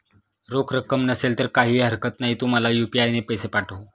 रोख रक्कम नसेल तर काहीही हरकत नाही, तू मला यू.पी.आय ने पैसे पाठव